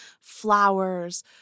flowers